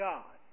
God